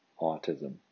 autism